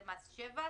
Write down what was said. זה מס שבח,